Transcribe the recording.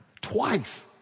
twice